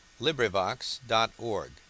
LibriVox.org